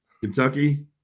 Kentucky